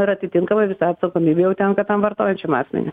ir atitinkamai visa atsakomybė jau tenka tam vartojančiam asmeniui